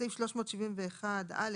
בסעיף 371(א)(5)